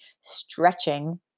stretching